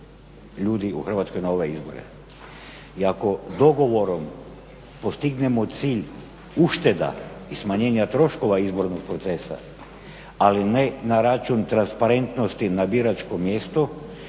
ljudi u Hrvatskoj na ove izbore i ako dogovorom postignemo cilj ušteda i smanjenja troškova izbornog procesa ali ne na račun transparentnosti na biračkom mjestu